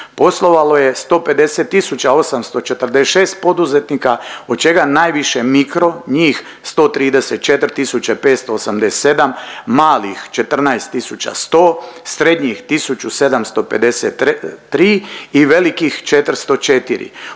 Poslovalo je 150 000 tisuća 846 poduzetnika od čega najviše mikro njih 134 tisuće 587, malih 14 tisuća 100, srednjih 1753 i velikih 404.